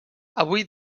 avui